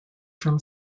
from